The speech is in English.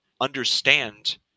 understand